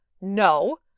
No